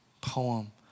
poem